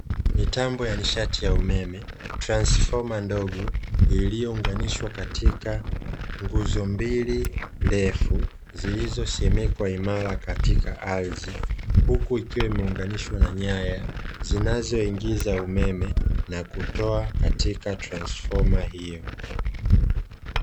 Mitambo ya nishati ya umeme, transfoma ndogo iliyounganishwa katika nguzo mbili ndefu zilizosimikwa imara katika ardhi. Huku ikiwa imeunganishwa na nyaya zinazoingiza umeme na kutoa katika transfoma hiyo.